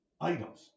items